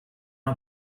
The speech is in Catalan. una